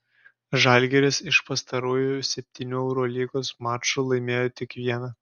žalgiris iš pastarųjų septynių eurolygos mačų laimėjo tik vieną